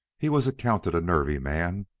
he was accounted a nervy man,